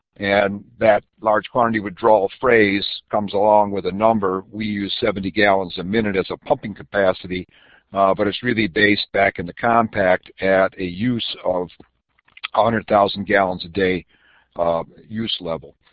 and that large quantity withdrawal phrase comes along with a number we use seventy gallons a minute as a pumping capacity but it's really based back in the compact at a use of a hundred thousand gallons a day use level.